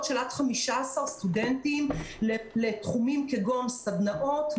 של עד 15 סטודנטים לתחומים כגון: סדנאות,